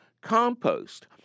compost